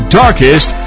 darkest